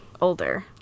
older